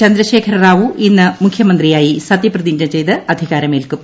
ചന്ദ്രശേഖര റാവു ഇന്ന് മുഖ്യമന്ത്രിയായി സത്യപ്രതിജ്ഞ ചെയ്ത് അധികാരമേൽക്കും